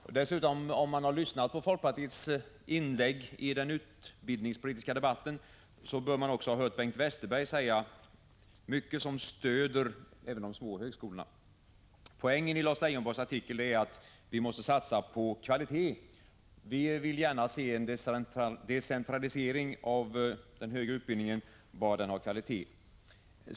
Om han dessutom lyssnat på folkpartiets inlägg i den utbildningspolitiska debatten bör han också ha hört Bengt Westerberg säga mycket som stöder även de små högskolorna. Poängen i Lars Leijonborgs artikel är att vi måste satsa på kvalitet. Vi vill gärna se en decentralisering av den högre utbildningen, bara den har hög kvalitet.